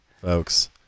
folks